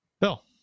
Bill